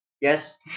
Yes